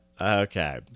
Okay